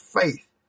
faith